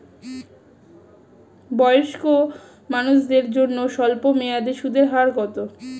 বয়স্ক মানুষদের জন্য স্বল্প মেয়াদে সুদের হার কত?